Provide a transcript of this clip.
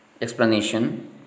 Explanation